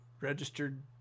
registered